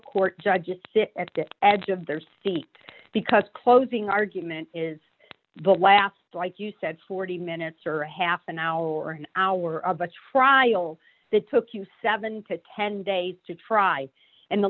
court judge just sit at the edge of their seat because closing argument is the last like you said forty minutes or half an hour or an hour of a trial that took you seven to ten days to try and the